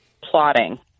plotting